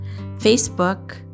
Facebook